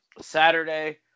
Saturday